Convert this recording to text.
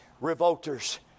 revolters